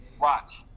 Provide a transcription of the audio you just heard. Watch